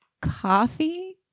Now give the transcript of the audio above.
coffee